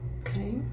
Okay